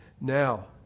Now